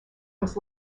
was